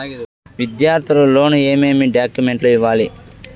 విద్యార్థులు లోను ఏమేమి డాక్యుమెంట్లు ఇవ్వాలి?